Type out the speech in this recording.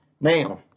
now